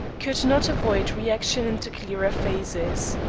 could not avoid reaction into clearer phases.